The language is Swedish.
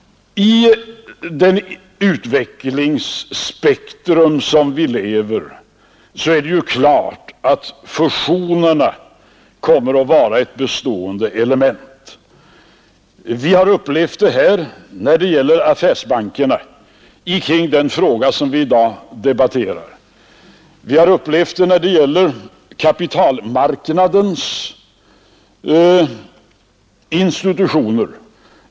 I det utvecklingsspektrum där vi lever är det klart, att fusionerna kommer att vara ett bestående element. Vi har upplevt det när det gäller affärsbankerna i den fråga som vi i dag debatterar. Vi har upplevt det när det gäller kapitalmarknadens institutioner.